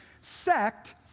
sect